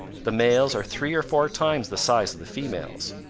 the males are three or four times the size of the females.